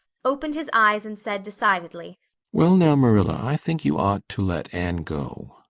opened his eyes and said decidedly well now, marilla, i think you ought to let anne go.